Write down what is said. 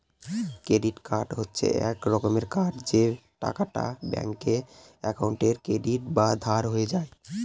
credit card হচ্ছে এক রকমের কার্ড যে টাকাটা ব্যাঙ্ক একাউন্টে ক্রেডিট বা ধার হয়ে যায়